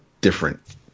different